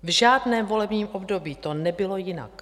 V žádném volebním období to nebylo jinak.